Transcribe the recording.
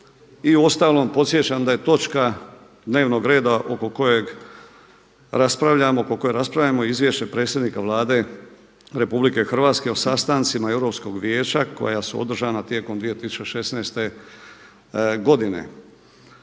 I uostalom podsjećam da je točka dnevnoga reda oko koje raspravljamo Izvješće predsjednika Vlade Republike Hrvatske o sastancima Europskog vijeća koja su održana tijekom 2016. godine.